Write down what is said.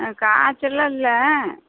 ஆ காய்ச்சல்லாம் இல்லை